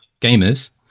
gamers